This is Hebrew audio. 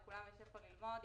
לכולם יש איפה ללמוד.